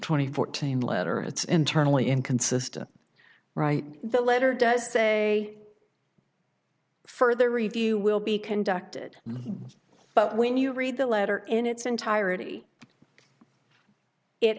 twenty fourteen letter it's internally inconsistent right the letter does say further review will be conducted but when you read the letter in its entirety it